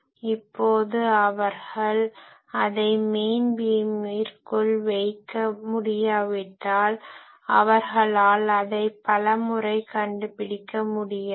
இப்போது அவர்கள் அதை மெயின் பீமிற்குள் வைக்க முடியாவிட்டால் அவர்களால் அதை பல முறை கண்டுபிடிக்க முடியாது